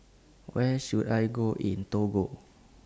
Where should I Go in Togo